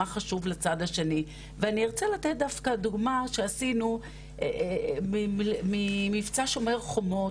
מה חשוב לצד השני ואני ארצה לתת דווקא דוגמה שעשינו ממבצע "שומר חומות",